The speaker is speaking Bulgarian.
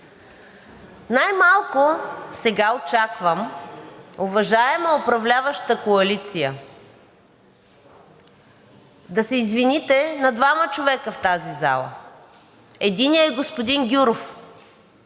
Най малко сега очаквам, уважаема управляваща коалиция, да се извините на двама човека в тази зала – единият е господин Гюров.